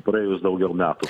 praėjus daugiau metų